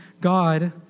God